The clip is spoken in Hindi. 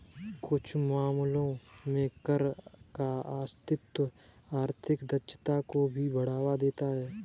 कुछ मामलों में कर का अस्तित्व आर्थिक दक्षता को भी बढ़ावा देता है